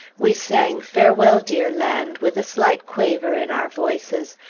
we sang, farewell dear land, with a slight quaver in our voices,